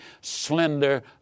slender